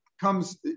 comes